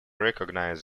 recognized